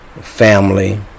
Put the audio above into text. family